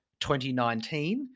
2019